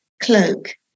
cloak